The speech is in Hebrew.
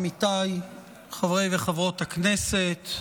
עמיתיי חברי וחברות הכנסת,